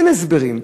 אין הסברים.